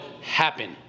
happen